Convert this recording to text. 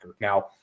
Now